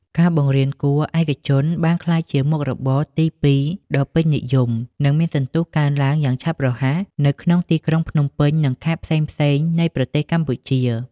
ការបង្រៀនគួរឯកជនបានក្លាយជាមុខរបរទីពីរដ៏ពេញនិយម និងមានសន្ទុះកើនឡើងយ៉ាងឆាប់រហ័សនៅក្នុងទីក្រុងភ្នំពេញនិងខេត្តផ្សេងៗនៃប្រទេសកម្ពុជា។